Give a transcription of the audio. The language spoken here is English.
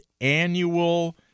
annual